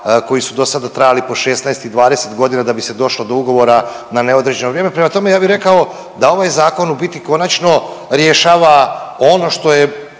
koji su do sada trajali po 16 i 20 godina da bi se došlo do ugovora na neodređeno vrijeme. Prema tome, ja bih rekao da ovaj zakon u biti konačno rješava ono što je